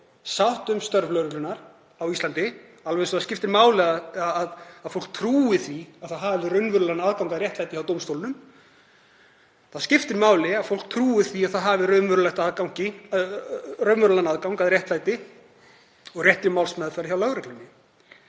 sátt um störf lögreglunnar á Íslandi, alveg eins og það skiptir máli að fólk trúi því að það hafi raunverulegan aðgang að réttlæti hjá dómstólum. Það skiptir máli að fólk trúi því að það hafi raunverulegan aðgang að réttlæti og réttlátri málsmeðferð hjá lögreglunni.